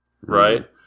Right